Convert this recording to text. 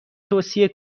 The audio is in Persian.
توصیه